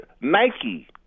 Nike